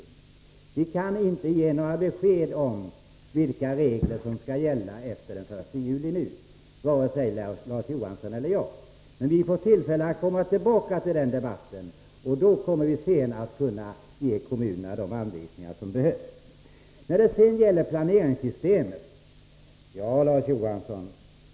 Varken Larz Johansson eller jag kan nu ge några besked om vilka regler som skall gälla efter den 1 juli. Vi får tillfälle att komma tillbaka till den debatten, och därefter kommer vi att kunna ge kommunerna de anvisningar som behövs.